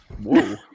Whoa